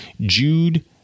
Jude